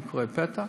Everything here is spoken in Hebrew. ביקורי פתע.